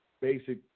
basic